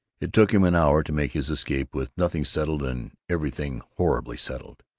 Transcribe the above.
it took him an hour to make his escape, with nothing settled and everything horribly settled.